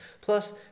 Plus